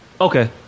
Okay